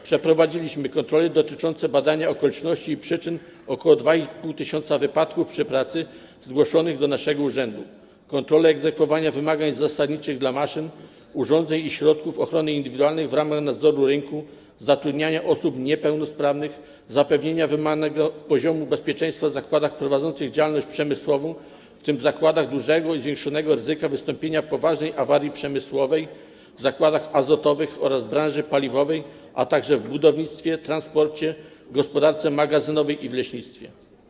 Przeprowadziliśmy kontrole dotyczące badania okoliczności i przyczyn ok. 2,5 tys. wypadków przy pracy zgłoszonych do naszego urzędu, kontrole egzekwowania wymagań zasadniczych dla maszyn, urządzeń i środków ochrony indywidualnej w ramach nadzoru rynku zatrudniania osób niepełnosprawnych, zapewnienia wymaganego poziomu bezpieczeństwa w zakładach prowadzących działalność przemysłową, w tym zakładach dużego i zwiększonego ryzyka wystąpienia poważnej awarii przemysłowej, w zakładach azotowych oraz branży paliwowej, a także w budownictwie, transporcie, gospodarce magazynowej i w leśnictwie.